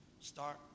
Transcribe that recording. Start